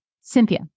Cynthia